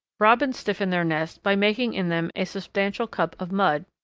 robins stiffen their nests by making in them a substantial cup of mud,